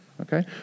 Okay